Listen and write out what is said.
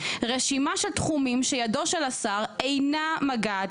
רשימה של תחומים שידו של השר אינה מגעת,